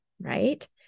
right